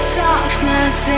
softness